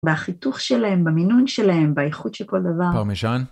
בחיתוך שלהם, במינון שלהם, באיכות של כל דבר. פרמיש'אן.